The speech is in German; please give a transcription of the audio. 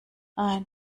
ein